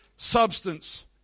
substance